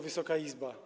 Wysoka Izbo!